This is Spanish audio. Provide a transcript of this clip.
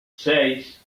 seis